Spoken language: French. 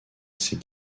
ses